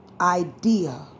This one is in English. idea